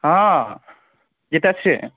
অঁ গীতাশ্ৰী